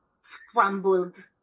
scrambled